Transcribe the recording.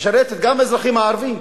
משרתת גם את האזרחים הערבים.